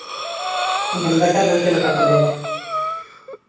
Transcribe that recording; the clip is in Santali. ᱮᱱᱠᱷᱟᱱ ᱫᱟᱠᱟ ᱫᱚ ᱪᱮᱫ ᱞᱮᱠᱟ ᱯᱞᱮᱴ